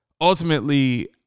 ultimately